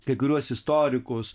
kai kuriuos istorikus